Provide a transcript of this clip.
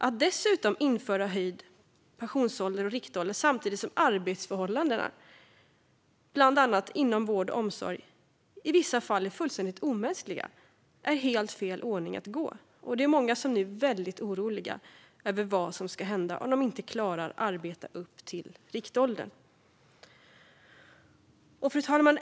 Att dessutom införa höjd pensionsålder och riktålder samtidigt som arbetsförhållandena bland annat inom vård och omsorg i vissa fall är fullständigt omänskliga är helt fel väg att gå. Det är många som nu är väldigt oroliga över vad som ska hända om de inte klarar att arbeta upp till riktåldern. Fru talman!